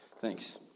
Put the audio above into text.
Thanks